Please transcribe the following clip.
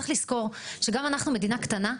צריך לזכור שגם אנחנו מדינה קטנה,